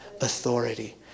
authority